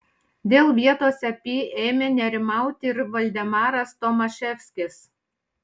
dėl vietos ep ėmė nerimauti ir valdemaras tomaševskis